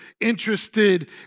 interested